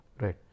right